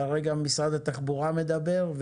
כרגע נציגי משרד התחבורה מדברים.